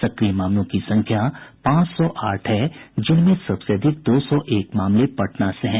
सक्रिय मामलों की संख्या पांच सौ आठ है जिनमें सबसे अधिक दो सौ एक मामले पटना से हैं